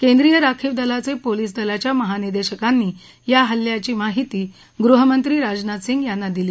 केंद्रीय राखीव दलाचे पोलीस दलाच्या महानिदेशकानी या हल्ल्यांची माहिती गृहमंत्री राजनाथ सिंग यांना दिली